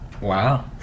Wow